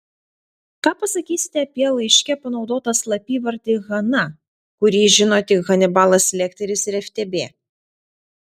ką pasakysite apie laiške panaudotą slapyvardį hana kurį žino tik hanibalas lekteris ir ftb